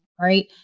Right